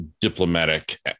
diplomatic